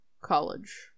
college